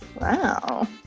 Wow